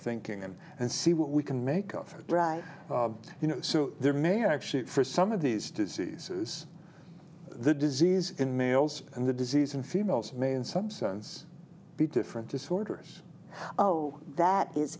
thinking and and see what we can make of it right you know so there may actually for some of these diseases the disease in males and the disease in females may in some sense be different disorders oh that is